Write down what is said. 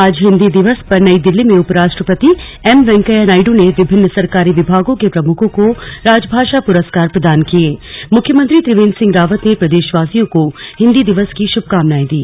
आज हिन्दी दिवस पर नई दिल्ली में उपराष्ट्रपति एम वैंकेया नायडू ने विभिन्नि सरकारी विभागों के प्रमुखों को राजभाषा पुरस्का र प्रदान किये मुख्यमंत्री त्रिवेंद्र सिंह रावत ने प्रदेशवासियों को हिंदी दिवस की शुभकामनाएं दी